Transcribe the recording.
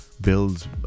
builds